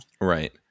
Right